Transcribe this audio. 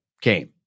came